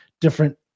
different